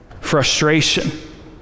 frustration